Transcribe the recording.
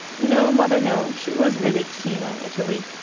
no, mother no. she was really keen on italy.